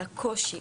הקושי,